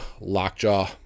Lockjaw